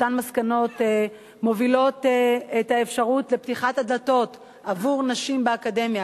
אותן מסקנות מובילות את האפשרות לפתיחת הדלתות עבור נשים באקדמיה,